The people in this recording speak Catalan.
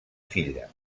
filla